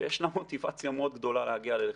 שיש לה מוטיבציה מאוד גדולה להגיע ללחימה.